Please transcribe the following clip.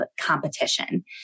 competition